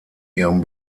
ihrem